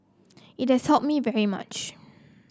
it has helped me very much